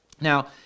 Now